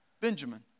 Benjamin